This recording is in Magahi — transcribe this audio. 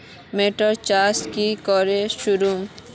मोटर चास की करे करूम?